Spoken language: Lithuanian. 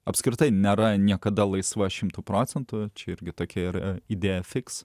apskritai nėra niekada laisva šimtu procentų čia irgi tokia ir idėja fiks